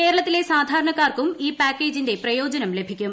കേരളത്തിലെ സാധാരണക്കാർക്കും ഈ പാക്കേജിന്റെ പ്രയോജനം ലഭിക്കും